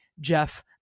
Jeff